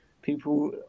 people